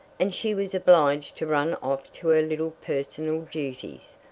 and she was obliged to run off to her little personal duties,